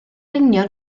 union